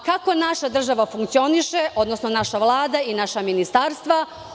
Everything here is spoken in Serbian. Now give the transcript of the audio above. Kako naša država funkcioniše, odnosno naša Vlada i naša ministarstva?